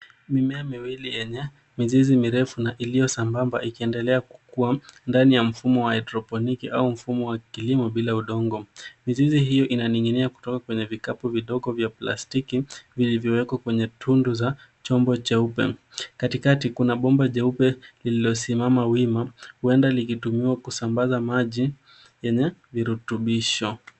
Mimea miwili yenye mizizi mirefu na iliyosambamba ikiendelea kukua ndani ya mfumo wa haedroponiki au mfumo wa kilimo bila udongo. Mizizi hiyo inaning'inia kutoka kwenye vikapu vidogo vya plastiki vilivyowekwa kwenye tundu za chombo cheupe. Katikati, kuna bomba jeupe lililosimama wima huenda likitumiwa kusambaza maji yenye virutubisho.